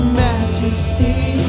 majesty